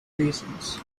reasons